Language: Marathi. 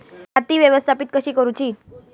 खाती व्यवस्थापित कशी करूची?